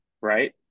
right